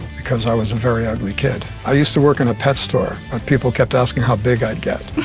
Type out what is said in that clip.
because i was a very ugly kid. i used to work in a pet store and people kept asking how big i'd get.